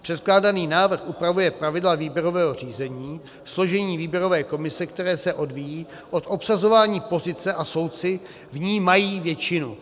Předkládaný návrh upravuje pravidla výběrového řízení, složení výběrové komise, které se odvíjí od obsazování pozice, a soudci v ní mají většinu.